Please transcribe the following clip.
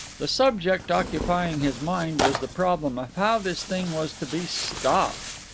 the subject occupying his mind was the problem of how this thing was to be stopped.